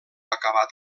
acabat